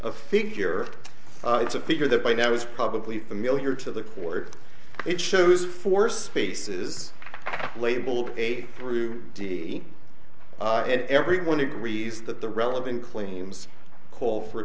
a figure it's a figure that by now is probably familiar to the court it shows for spaces labeled eight through d and everyone agrees that the relevant claims call for